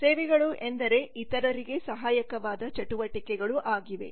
ಸೇವೆಗಳು ಎಂದರೆ ಇತರರಿಗೆ ಸಹಾಯಕವಾದ ಚಟುವಟಿಕೆಗಳು ಆಗಿವೆ